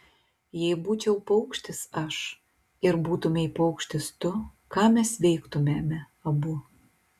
jei būčiau paukštis aš ir būtumei paukštis tu ką mes veiktumėme abu